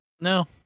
No